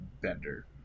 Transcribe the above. bender